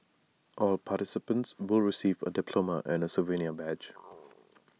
all participants will receive A diploma and souvenir badge